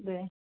দে